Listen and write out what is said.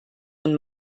und